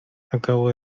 acabo